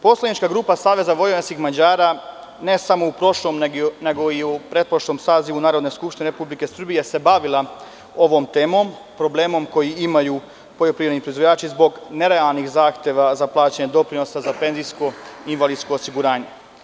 Poslanička grupa Saveza vojvođanskih Mađara, ne samo u prošlom, nego i u pretprošlom sazivu Narodne skupština Republike Srbije se bavila ovom temom, problemom koji imaju poljoprivredni proizvođači zbog nerealnih zahteva za plaćanje doprinosa za penzijsko i invalidsko osiguranje.